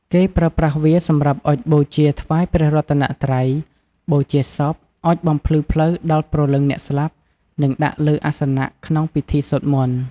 គេប្រើប្រាស់វា សម្រាប់អុជបូជាថ្វាយព្រះរតនត្រ័យ បូជាសព អុជបំភ្លឺផ្លូវដល់ព្រលឹងអ្នកស្លាប់ និងដាក់លើអាសនៈក្នុងពិធីសូត្រមន្ត។